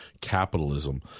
Capitalism